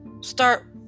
start